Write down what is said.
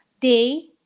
day